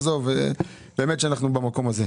באמת שמהמקום הזה.